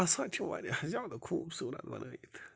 یہِ ہسا چھِ وارِیاہ زیادٕ خوٗبصوٗرت بنٲوِتھ